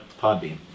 Podbean